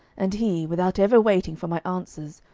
and he, without ever waiting for my answers,